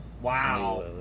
Wow